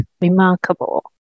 remarkable